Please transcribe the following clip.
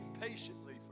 patiently